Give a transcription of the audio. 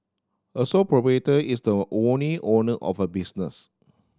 a sole is the only owner of a business